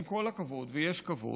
עם כל הכבוד, ויש כבוד,